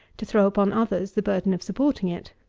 to throw upon others the burden of supporting it.